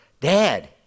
Dad